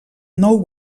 nou